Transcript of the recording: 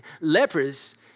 lepers